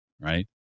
right